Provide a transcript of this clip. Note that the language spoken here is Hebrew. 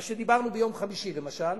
מה שדיברנו ביום חמישי, למשל,